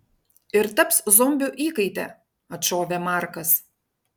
ir taps zombių įkaite atšovė markas